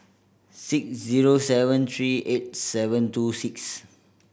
six zero seven three eight seven two six